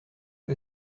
que